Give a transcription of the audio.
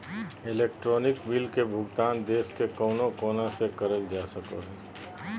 electronic bill के भुगतान देश के कउनो कोना से करल जा सको हय